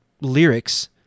lyrics